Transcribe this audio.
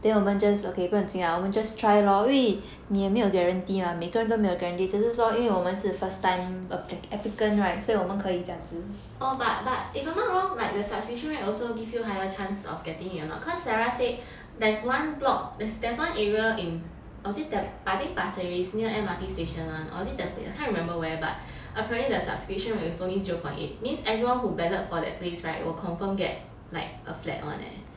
orh but but if I'm not wrong the subscription rate also give you higher chance of getting it or not cause sarah said there's one block there's one area in is it tamp~ I think pasir ris near M_R_T station [one] or is it tampines can't remember where but apparently the subscription is only zero point eight means everyone who ballot for that place [right] will confirm get a flat [one] leh